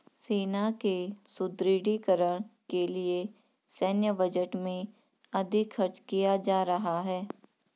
सेना के सुदृढ़ीकरण के लिए सैन्य बजट में अधिक खर्च किया जा रहा है